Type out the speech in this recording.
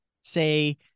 say